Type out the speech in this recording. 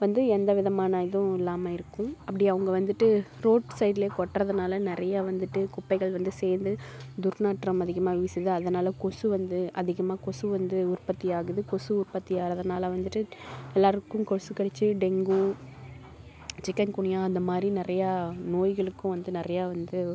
வந்து எந்த விதமான இதுவும் இல்லாமல் இருக்கும் அப்படி அவங்க வந்துட்டு ரோட் சைட்ல கொட்டுறதுனால நிறையா வந்துட்டு குப்பைகள் வந்து சேர்ந்து துர்நாற்றம் அதிகமாக வீசுது அதனால் கொசு வந்து அதிகமாக கொசு வந்து உற்பத்தியாகுது கொசு உற்பத்தியாகிறதுனால வந்துட்டு எல்லாருக்கும் கொசு கடித்து டெங்கு சிக்கன்குனியா அந்த மாதிரி நிறையா நோய்களுக்கும் வந்து நிறையா வந்து